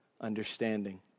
understanding